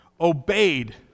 obeyed